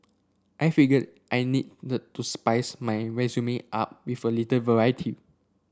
I figured I need to spice my resume up with a little variety